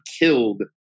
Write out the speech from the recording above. killed